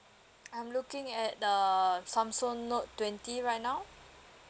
I'm looking at the samsung note twenty right now